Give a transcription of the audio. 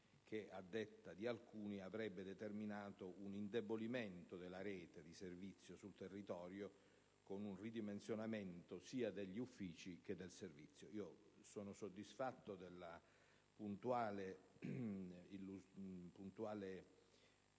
che, a detta di alcuni, avrebbe determinato un indebolimento della rete di servizio sul territorio, con un ridimensionamento sia degli uffici che del servizio. Sono soddisfatto della puntuale